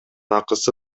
акысы